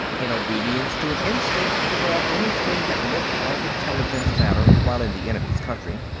in obedience to an instinct to grab anything that looked like intelligence matter while in the enemy's country.